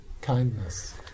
kindness